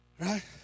Right